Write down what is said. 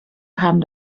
kamen